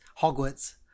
Hogwarts